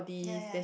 ya ya